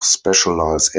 specialise